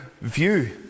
view